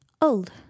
Old